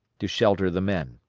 to shelter the men.